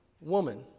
woman